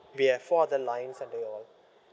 we have four other lines under you all